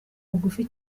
bugufi